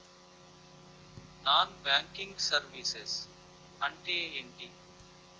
Non banking services అంటే ఎంటి?